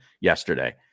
yesterday